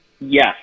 Yes